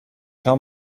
tell